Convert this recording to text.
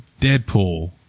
Deadpool